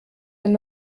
wenn